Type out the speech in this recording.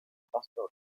pastor